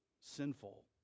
sinful